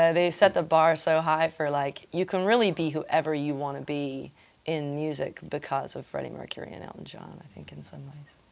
they set the bar so high for, like, you can really be whoever you want to be in music because of freddie mercury and elton john, i think, in some ways.